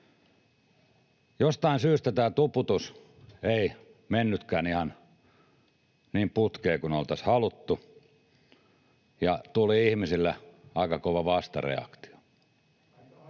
Jostain syystä tämä tuputus ei mennytkään ihan niin putkeen kuin oltaisiin haluttu ja ihmisiltä tuli aika kova vastareaktio.